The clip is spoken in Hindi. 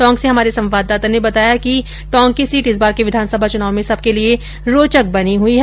टोंक से हमारे संवाददाता ने बताया कि टोंक की सीट इस बार के विधानसभा चुनाव में सबके लिये रौचक बनी हई है